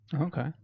Okay